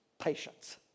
patience